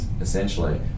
essentially